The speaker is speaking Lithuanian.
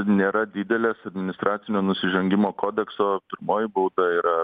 nėra didelės administracinio nusižengimo kodekso pirmoji bauda yra